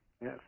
Yes